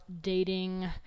dating